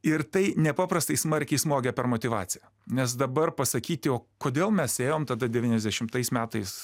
ir tai nepaprastai smarkiai smogia per motyvaciją nes dabar pasakyti o kodėl mes ėjom tada devyniasdešimtais metais